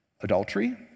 Adultery